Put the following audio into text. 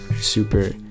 super